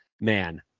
man